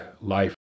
life